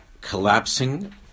collapsing